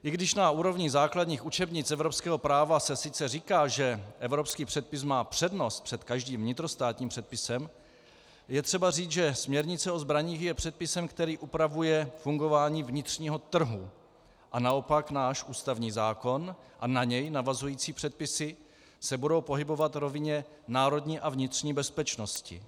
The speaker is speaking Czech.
I když na úrovni základních učebnic evropského práva se sice říká, že evropský předpis má přednost před každým vnitrostátním předpisem, je třeba říct, že směrnice o zbraních je předpisem, který upravuje fungování vnitřního trhu, a naopak náš ústavní zákon a na něj navazující předpisy se budou pohybovat v rovině národní a vnitřní bezpečnosti.